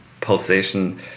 pulsation